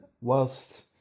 whilst